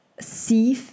see